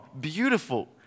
beautiful